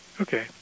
Okay